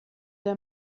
der